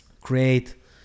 create